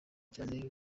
cyane